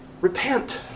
repent